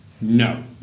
no